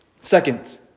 Second